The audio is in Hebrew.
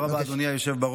תודה רבה, אדוני היושב-ראש.